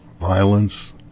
violence